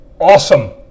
awesome